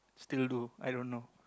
still do I don't know